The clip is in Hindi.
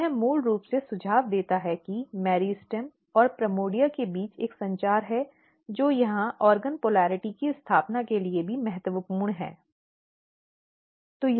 और यह मूल रूप से सुझाव देता है कि मेरिस्टेम और प्राइमोर्डिया के बीच एक संचार है जो यहां अंग ध्रुवता की स्थापना के लिए भी महत्वपूर्ण है